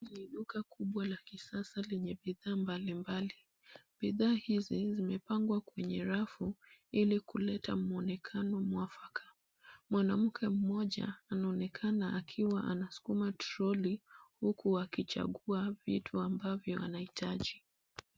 Ni duka kubwa la kisasa lenye bidhaa mbalimbali. Bidhaa hizi zimepangwa kwenye rafu ili kuleta mwonekano mwafaka. Mwanamke mmoja anaonekana akiwa anasukuma troli huku akichagua vitu ambavyo anahitaji.